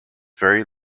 very